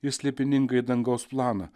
ir slėpiningąjį dangaus planą